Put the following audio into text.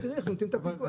תראי איך נותנים את הקנסות.